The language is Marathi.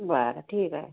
बरं ठीक आहे